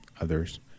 others